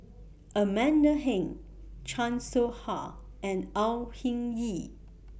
Amanda Heng Chan Soh Ha and Au Hing Yee